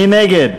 מי נגד?